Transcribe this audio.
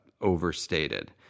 overstated